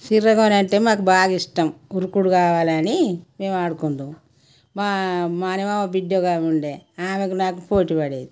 సిర్రగోని అంటే మాకు బాగా ఇష్టం కుర్కుర్ కావాలని మేము ఆడుకుంటాము మా మేనమామ బిడ్డ ఉండేది ఆమెకి నాకు పోటీ పడేది